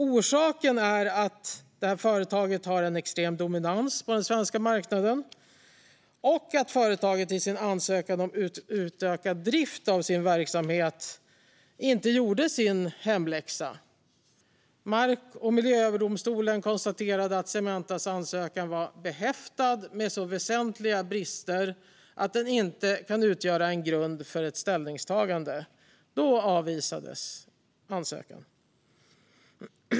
Orsaken är att företaget har en extrem dominans på den svenska marknaden och att företaget i sin ansökan om utökad drift av sin verksamhet inte gjorde sin hemläxa. Mark och miljööverdomstolen konstaterade att Cementas ansökan var behäftad med så väsentliga brister att den inte kunde utgöra en grund för ett ställningstagande. Då avvisades ansökan.